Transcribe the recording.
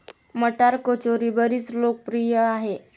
मटार कचोरी बरीच लोकप्रिय आहे